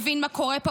מבין מה קורה פה,